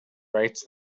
writes